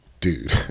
dude